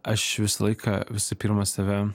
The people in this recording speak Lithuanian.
aš visą laiką visų pirma save